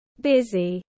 busy